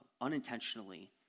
unintentionally